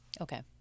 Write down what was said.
Okay